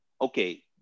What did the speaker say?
Okay